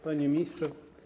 Panie Ministrze!